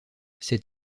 ces